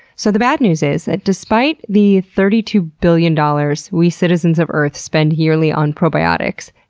so the bad news is that despite the thirty two billion dollars we citizens of earth spend yearly on probiotics.